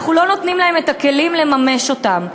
ואנחנו לא נותנים להם כלים לממש אותן.